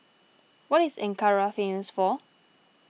what is Ankara famous for